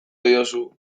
diozu